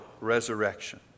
resurrection